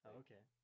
okay